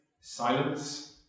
silence